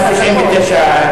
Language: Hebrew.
על בסיסן קופות-החולים